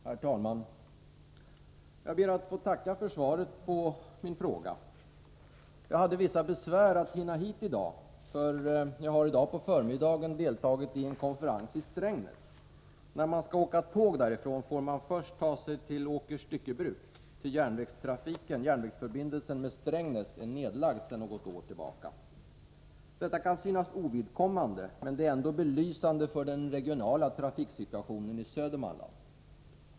Herr talman! Jag ber att få tacka för svaret på min fråga. Jag hade vissa besvär att hinna hit i dag, eftersom jag på förmiddagen har deltagit i en konferens i Strängnäs. När man skall åka tåg därifrån får man först ta sig till Åkers Styckebruk, ty järnvägsförbindelsen med Strängnäs är nedlagd sedan något år tillbaka. Detta kan synas ovidkommande, men det är belysande för den regionala trafiksituationen i Södermanland.